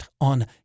on